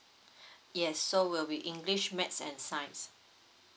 yes so will be english maths and science